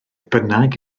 bynnag